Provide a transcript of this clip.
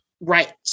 Right